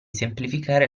semplificare